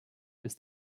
bis